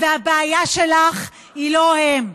והבעיה שלך היא לא הם,